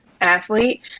athlete